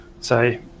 Say